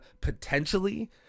potentially